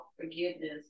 forgiveness